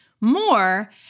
more